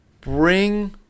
Bring